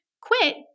quit